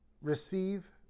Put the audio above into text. Receive